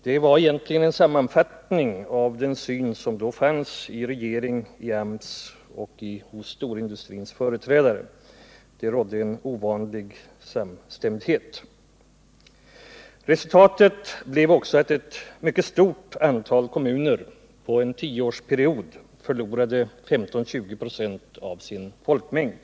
Det var egentligen en sammanfattning av den syn som då fanns hos regering, hos AMS och storindustrins företrädare. Det rådde en ovanlig samstämdhet. Resultatet blev också att ett mycket stort antal kommuner på en tioårsperiod förlorade 15-20 96 av sin folkmängd.